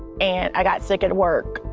and i got sick at work.